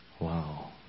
Wow